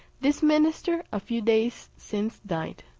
this minister a few days since died.